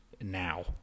now